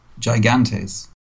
gigantes